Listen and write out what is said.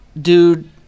Dude